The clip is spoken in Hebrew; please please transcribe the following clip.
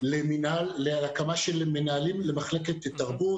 להקמה של מנהלים למחלקת תרבות.